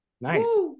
Nice